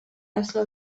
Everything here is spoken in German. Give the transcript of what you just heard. ersten